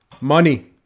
Money